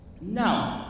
Now